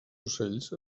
ocells